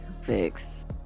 fix